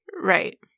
Right